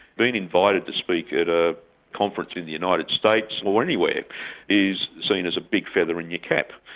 being invited to speak at a conference in the united states or anywhere is seen as a big feather in your cap.